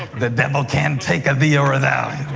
the devil can't take a thee or a thou.